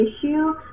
issue